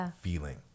feeling